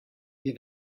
wir